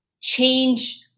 change